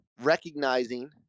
recognizing